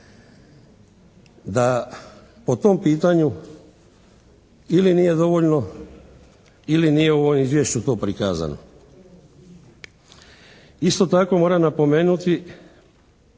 da po tom pitanju ili nije dovoljno ili nije u ovom izvješću to prikazano. Isto tako moram napomenuti